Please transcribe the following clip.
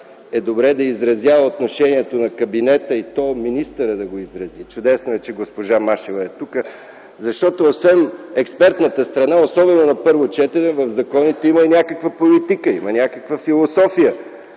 е добре да изразява отношението на кабинета, и то министърът да го изрази. Чудесно е, че госпожа Машева е тук, защото освен експертната страна, особено на първо четене в законите има и някаква политика, има и някаква философия